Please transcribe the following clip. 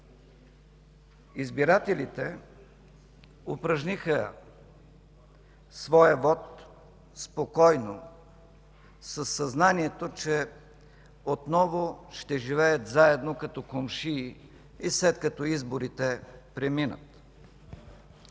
Избирателите упражниха своя вот спокойно, със съзнанието, че отново ще живеят заедно като комшии и след като изборите преминат.